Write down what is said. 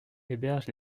héberge